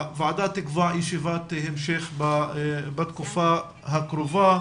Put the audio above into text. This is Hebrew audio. הוועדה תקבע ישיבת המשך בתקופה הקרובה,